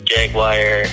Jaguar